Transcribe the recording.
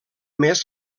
més